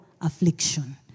affliction